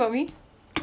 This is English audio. saya rasa macam gitu